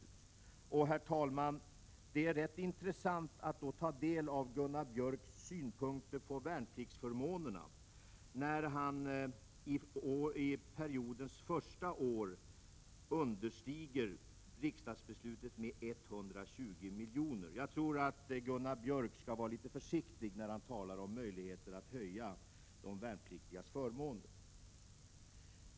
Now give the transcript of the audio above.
Det är då, herr talman, rätt intressant att ta del av Gunnar Björks synpunkter på värnpliktsförmånerna. Jag tycker att Gunnar Björk skall vara litet försiktig när han talar om möjligheterna att förbättra de värnpliktigas förmåner.